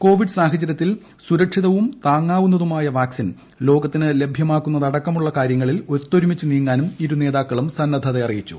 Covid സാഹചരൃത്തിൽ സുരക്ഷിതവും താങ്ങാവുന്നതുമായ വാക്സിൻ ലോകത്തിന് ലഭ്യമാക്കുന്നതടക്കമുള്ള കാര്യങ്ങളിൽ ഒത്തൊരുമിച്ച് നീങ്ങാനും ഇരുനേതാക്കളും സന്നദ്ധത അറിയിച്ചു